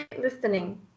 listening